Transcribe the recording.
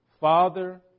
Father